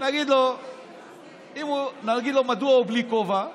נשאל אותו מדוע הוא בלי כובע.